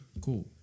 Cool